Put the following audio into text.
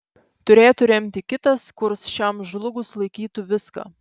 turėtų remti kitas kurs šiam žlugus laikytų viską